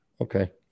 Okay